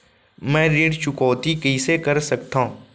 मैं ऋण चुकौती कइसे कर सकथव?